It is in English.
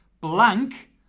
Blank